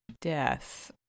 death